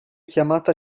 chiamata